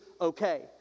okay